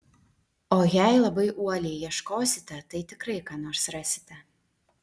o jei labai uoliai ieškosite tai tikrai ką nors rasite